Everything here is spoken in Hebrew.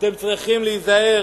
אתם צריכים להיזהר